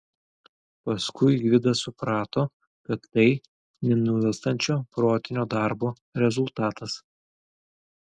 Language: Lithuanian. paskui gvidas suprato kad tai nenuilstančio protinio darbo rezultatas